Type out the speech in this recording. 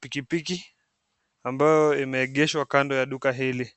pikipiki ambayo imeegeshwa kando ya duka hili.